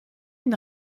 une